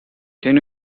can